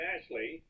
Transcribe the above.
Ashley